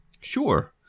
Sure